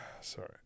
sorry